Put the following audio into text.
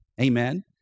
Amen